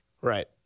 right